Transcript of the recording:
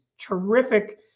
Terrific